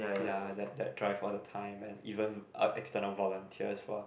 ya that that drive all the time and even uh external volunteers who are